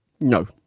No